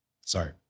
sorry